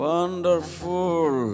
Wonderful